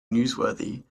newsworthy